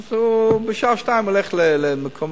אז בשעה 14:00 הוא הולך למקומו,